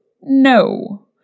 No